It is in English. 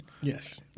Yes